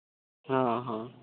ᱦᱮᱸ ᱦᱮᱸ